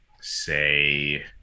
say